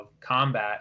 combat